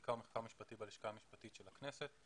חקיקה ומחקר משפטי בלשכה המשפטית של הכנסת.